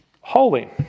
holy